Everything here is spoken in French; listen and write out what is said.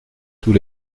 tous